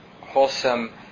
wholesome